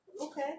Okay